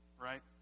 right